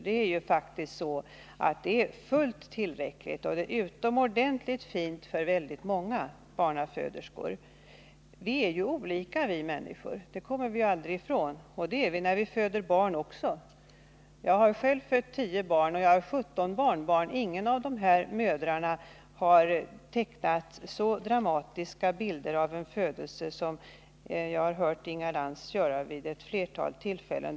Det är faktiskt så att den metoden är fullt tillräcklig och utomordentligt fin för många barnaföderskor. Viärju olika vi människor— det kommer man aldrig ifrån — och det är vi när vi föder barn också. Jag har själv fött tio barn och jag har sjutton barnbarn. Ingen av dessa mödrar har tecknat så dramatiska bilder av barnafödande som jag har hört Inga Lantz göra vid ett flertal tillfällen.